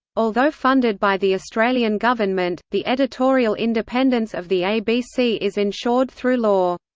although funded by the australian government, the editorial independence of the abc is ensured through law.